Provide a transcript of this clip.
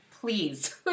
Please